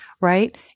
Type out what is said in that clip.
right